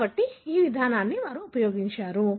కాబట్టి ఈ విధానాన్ని ఉపయోగించారు